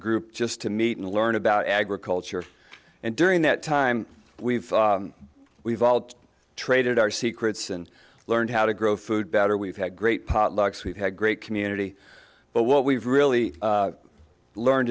group just to meet and learn about agriculture and during that time we've we've all traded our secrets and learned how to grow food better we've had great pot lucks we've had great community but what we've really learned